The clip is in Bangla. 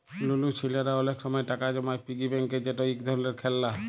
লুলু ছেইলারা অলেক সময় টাকা জমায় পিগি ব্যাংকে যেট ইক ধরলের খেললা